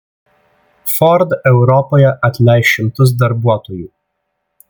ford europoje atleis šimtus darbuotojų